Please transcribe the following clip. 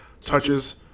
touches